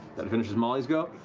that finishes molly's go.